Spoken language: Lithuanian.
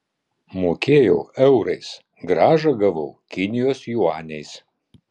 mokėjau eurais grąžą gavau kinijos juaniais